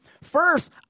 first